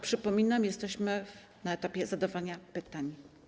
Przypominam, że jesteśmy na etapie zadawania pytań.